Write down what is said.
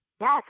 Yes